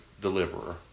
deliverer